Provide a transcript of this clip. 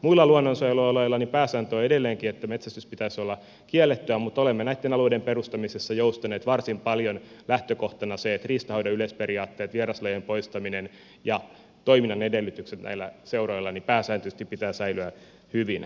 muilla luonnonsuojelualueilla pääsääntö on edelleenkin että metsästyksen pitäisi olla kiellettyä mutta olemme näitten alueiden perustamisessa joustaneet varsin paljon lähtökohtana riistanhoidon yleisperiaatteet vieraslajien poistaminen ja se että toiminnan edellytysten näillä seuroilla pääsääntöisesti pitää säilyä hyvinä